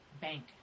bank